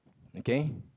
okay